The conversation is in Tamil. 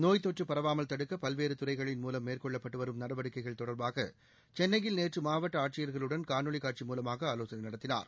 நோய்த்தொற்று பரவாமல் தடுக்க பல்வேறு துறைகளின் மூலம் மேற்கொள்ளப்பட்டு வரும் நடவடிக்கைகள் தொடர்பாக சென்னையில் நேற்று மாவட்ட ஆட்சியர்களுடன் காணொலி காட்சி மூலமாக ஆலோசனை நடத்தினார்